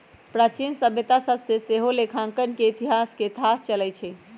प्राचीन सभ्यता सभ से सेहो लेखांकन के इतिहास के थाह चलइ छइ